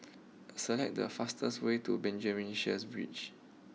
select the fastest way to Benjamin Sheares Bridge